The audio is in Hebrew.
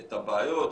את הבעיות,